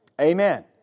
Amen